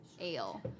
ale